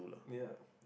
ya